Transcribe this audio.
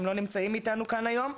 הם לא נמצאים איתנו פה היום,